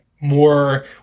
more